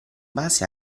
base